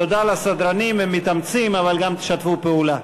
תודה לסדרנים, הם מתאמצים, אבל גם תשתפו פעולה.